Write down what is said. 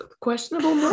questionable